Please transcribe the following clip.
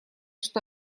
что